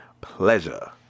pleasure